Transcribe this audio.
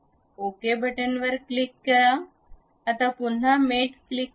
okay click केल्यावर आता पुन्हा मेट क्लिक करा